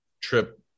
trip